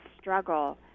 struggle